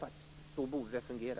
Så borde det fungera.